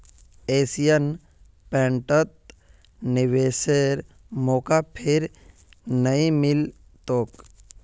Asian पेंटत निवेशेर मौका फिर नइ मिल तोक